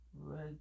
red